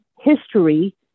history